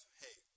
hey